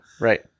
Right